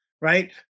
right